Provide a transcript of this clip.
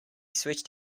switched